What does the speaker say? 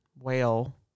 whale